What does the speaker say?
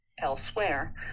elsewhere